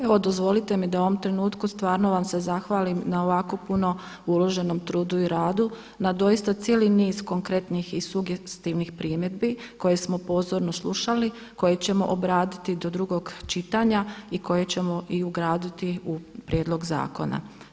Evo dozvolite mi da u ovom trenutku stvarno vam se zahvalim na ovako puno uloženom trudu i radu na doista cijeli niz konkretnih i sugestivnih primjedbi koje smo pozorno slušali, koje ćemo obraditi do drugog čitanja i koje ćemo i ugraditi u prijedlog zakona.